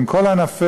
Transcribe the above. עם כל ענפיה,